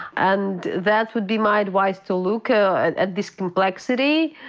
and that would be my advice, to look ah at this complexity.